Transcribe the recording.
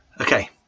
Okay